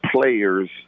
players